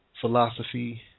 philosophy